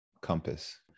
compass